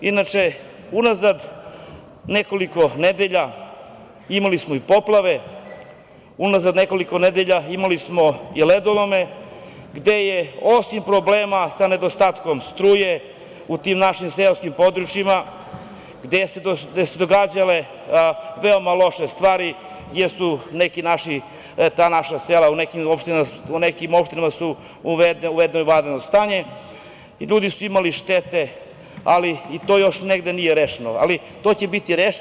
Inače, unazad nekoliko nedelja imali smo i poplave, unazad nekoliko nedelja imali smo i ledolome, gde je osim problema sa nedostatkom struje u tim našim seoskim područjima gde su se događale veoma loše stvari jesu ta neka naša sela, u nekim opštinama je uvedeno vanrednog stanje i ljudi su imali štete, ali i to još negde nije rešeno, ali to će biti rešeno.